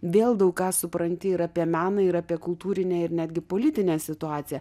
vėl daug ką supranti ir apie meną ir apie kultūrinę ir netgi politinę situaciją